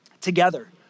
together